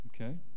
okay